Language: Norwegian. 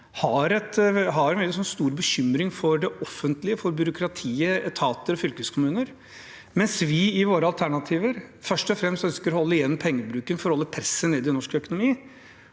uttrykker veldig stor bekymring for det offentlige, for byråkratiet, etater og fylkeskommuner, mens vi i våre alternativer først og fremst ønsker å holde igjen pengebruken for å holde presset nede i norsk økonomi